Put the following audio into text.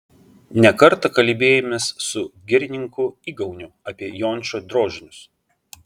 ne kartą kalbėjomės su girininku igauniu apie jončo drožinius